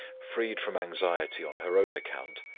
freed from anxiety on her own account,